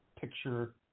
picture